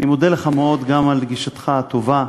אני מודה לך מאוד גם על גישתך הטובה.